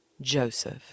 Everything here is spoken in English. Joseph